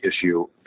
issue